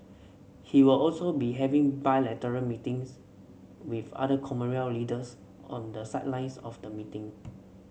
he will also be having bilateral meetings with other Commonwealth leaders on the sidelines of the meeting